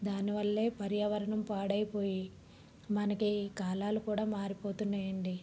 దానివల్లే పర్యావరణం పాడైపోయి మనకి కాలాలు కూడా మారిపోతున్నాయండి